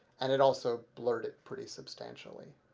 and it also blurred it pretty substantially.